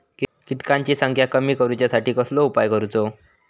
किटकांची संख्या कमी करुच्यासाठी कसलो उपाय करूचो?